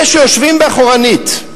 אלה שיושבים מאחורנית,